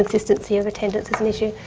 consistency of attendance is an issue,